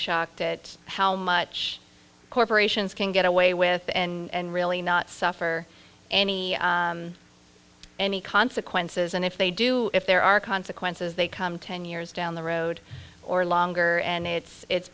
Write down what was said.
shocked at how much corporations can get away with and really not suffer any any consequences and if they do if there are consequences they come ten years down the road or longer and it's